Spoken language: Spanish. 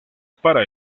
para